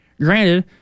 Granted